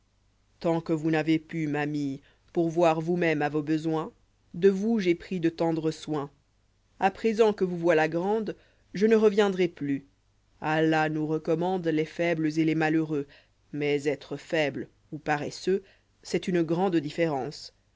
tant que vous n'avez pu ma mie livre in pourvoir vous-même à vos besoins de vous j'ai pris de tendres soins a présent pjie vous voilà grande je ne reviendrai plus alla nous reçoinmande les fpibles et les malheureux mais être foible ou paresseux c'est une grande différence